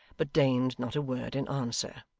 but deigned not a word in answer.